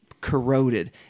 corroded